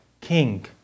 king